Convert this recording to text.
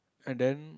and then